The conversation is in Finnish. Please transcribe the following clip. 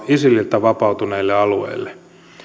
isililtä vapautuneille alueille